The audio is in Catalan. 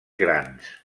grans